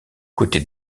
côtés